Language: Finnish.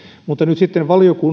mutta nyt sitten